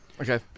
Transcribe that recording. okay